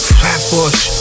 Flatbush